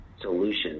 solution